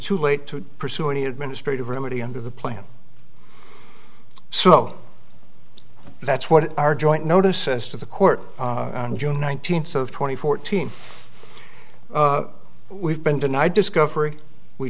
too late to pursue any administrative remedy under the plan so that's what our joint notices to the court on june nineteenth of twenty fourteen we've been denied discovery we